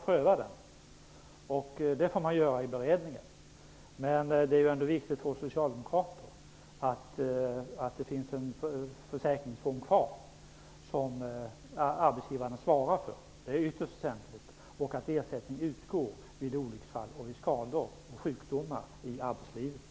Prövningen får alltså ske i beredningen, men för oss socialdemokrater är det ändå viktigt att det finns en försäkringsfunktion kvar som arbetsgivarna svarar för. Det är också ytterst väsentligt att ersättning utgår vid olycksfall, skador och sjukdomar i arbetslivet.